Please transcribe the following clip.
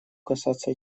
касаться